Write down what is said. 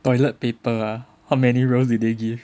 toilet paper ah how many rolls did they give